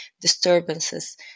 disturbances